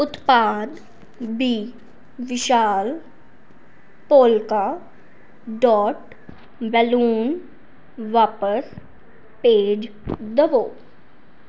ਉਤਪਾਦ ਬੀ ਵਿਸ਼ਾਲ polka dot balloon ਵਾਪਿਸ ਭੇਜ ਦਵੋ